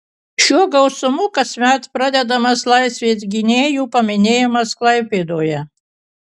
šiuo gausmu kasmet pradedamas laisvės gynėjų paminėjimas klaipėdoje